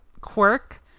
quirk